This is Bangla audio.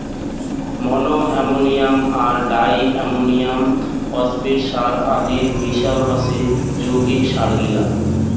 মনো অ্যামোনিয়াম আর ডাই অ্যামোনিয়াম ফসফেট সার আদির মিশাল হসে যৌগিক সারগিলা